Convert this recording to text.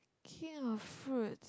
king of fruits